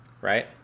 Right